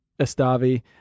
Estavi